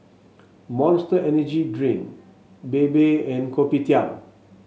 Monster Energy Drink Bebe and Kopitiam